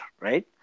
right